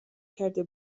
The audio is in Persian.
کرده